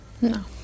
No